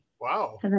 Wow